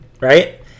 Right